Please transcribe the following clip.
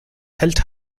hält